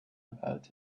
about